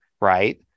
right